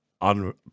on